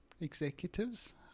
executives